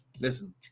Listen